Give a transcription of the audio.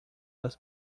das